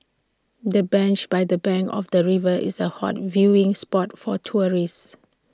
the bench by the bank of the river is A hot viewing spot for tourists